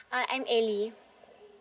uh I'm elly